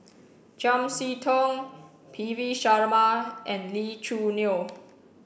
Chiam See Tong P V Sharma and Lee Choo Neo